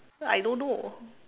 I don't know